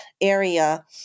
area